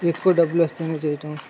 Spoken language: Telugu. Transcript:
ఎక్కువ డబ్బులు ఇస్తేనే చెయ్యడం